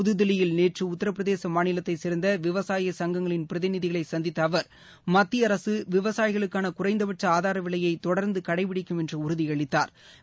புதுதில்லியில் நேற்று உத்திரபிரதேச மாநிலத்தைச் சேர்ந்த விவசாய சங்கங்களின் பிரதிநிதிகளை சந்தித்த அவர் மத்திய அரசு விவசாயிகளுக்கான குறைந்தபட்ச ஆதார விலையய தொடர்ந்து கடைபிடிக்கும் என்று உறுதியளித்தாா்